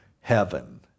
heaven